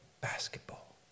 basketball